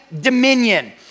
dominion